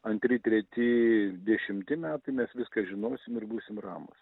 antri treti dešimti metai mes viską žinosim ir būsim ramūs